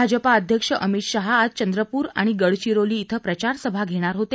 भाजपा अध्यक्ष अमित शहा आज चंद्रपूर आणि गडचिकोली इथं प्रचार सभा घेणार होते